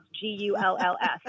G-U-L-L-S